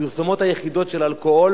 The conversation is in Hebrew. הפרסומות היחידות של אלכוהול